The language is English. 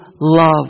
love